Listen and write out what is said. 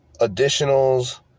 Additionals